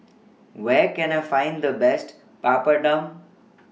Where Can I Find The Best Papadum